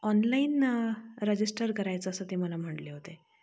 online register करायचं असं ते मला म्हटले होते